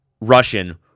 Russian